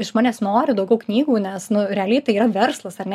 iš manęs nori daugiau knygų nes realiai tai yra verslas ar ne